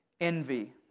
envy